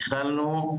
התחלנו,